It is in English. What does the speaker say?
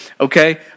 okay